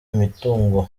imitungo